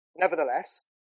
Nevertheless